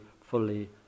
fully